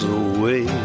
away